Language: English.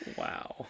wow